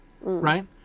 Right